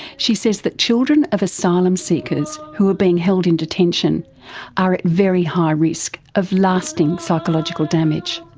she says that children of asylum seekers who are being held in detention are at very high risk of lasting psychological damage.